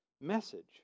message